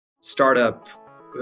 startup